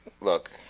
look